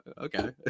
okay